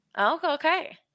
okay